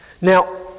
now